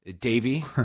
davy